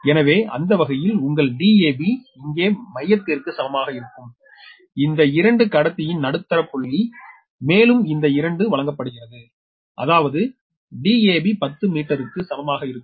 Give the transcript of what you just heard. எனவே அந்த வகையில் உங்கள் dab இங்கே மையத்திற்கு சமமாக இருக்கும் இந்த 2 கடத்தியின் நடுத்தர புள்ளி மேலும் இந்த 2 வழங்கப்படுகிறது அதாவது dab 10 மீட்டர்க்கு சமமாக இருக்கும்